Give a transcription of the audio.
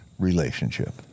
Relationship